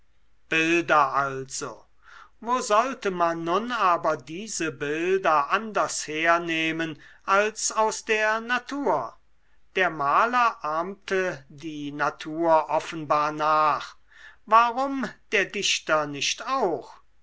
bilder also wo sollte man nun aber diese bilder anders hernehmen als aus der natur der maler ahmte die natur offenbar nach warum der dichter nicht auch